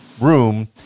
room